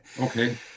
Okay